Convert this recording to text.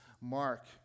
Mark